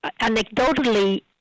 anecdotally